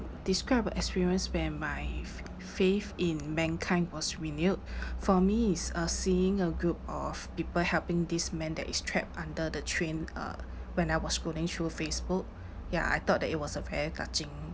describe a experience when my f~ faith in mankind was renewed for me is uh seeing a group of people helping this man that is trapped under the train uh when I was scrolling through Facebook ya I thought that it was a very touching